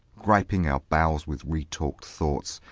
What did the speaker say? griping our bowels with retorqued thoughts,